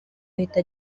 ahita